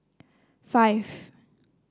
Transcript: five